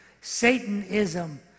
Satanism